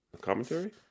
commentary